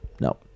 No